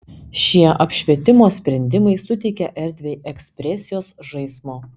šie apšvietimo sprendimai suteikia erdvei ekspresijos žaismo